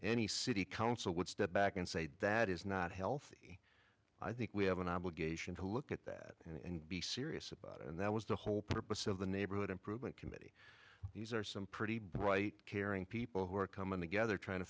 any city council would step back and say that is not healthy i think we have an obligation to look at that and be serious about it and that was the whole purpose of the neighborhood improvement committee these are some pretty bright caring people who are coming together trying to